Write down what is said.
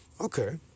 Okay